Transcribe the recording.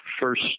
first